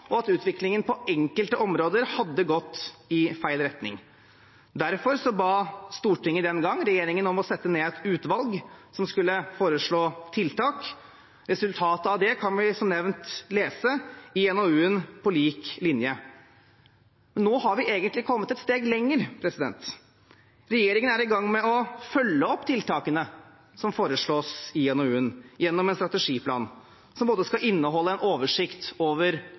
og at utviklingen på enkelte områder hadde gått i feil retning. Derfor bad Stortinget den gangen regjeringen om å sette ned et utvalg som skulle foreslå tiltak. Resultatet av det kan vi som nevnt lese i NOU-en På lik linje. Nå har vi egentlig kommet et steg lenger. Regjeringen er i gang med å følge opp tiltakene som foreslås i NOU-en, gjennom en strategiplan, som skal både inneholde en oversikt over